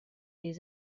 des